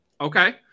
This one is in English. Okay